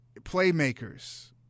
playmakers